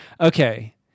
Okay